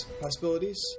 possibilities